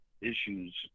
issues